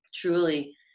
truly